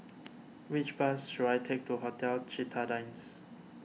which bus should I take to Hotel Citadines